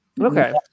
Okay